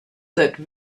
that